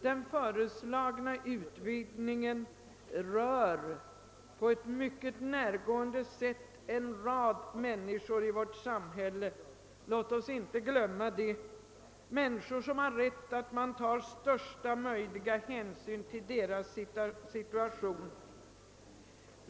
Den föreslagna utvidgningen rör på ett mycket närgående sätt en rad människor i vårt samhälle — låt oss inte glömma det — och de har rätt att fordra att största möjliga hänsyn tas till deras situation.